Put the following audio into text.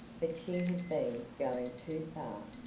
but she has been going too far.